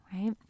right